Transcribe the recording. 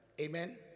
Amen